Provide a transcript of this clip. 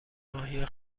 ماهی